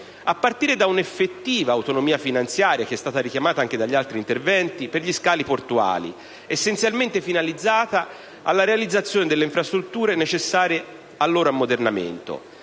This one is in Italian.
a partire da un'effettiva autonomia finanziaria per gli scali portuali (richiamata anche negli altri interventi), essenzialmente finalizzata alla realizzazione delle infrastrutture necessarie al loro ammodernamento,